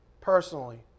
personally